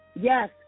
Yes